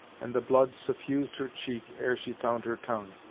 and the blood suffused her cheek ere she found her tongue.